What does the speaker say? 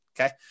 okay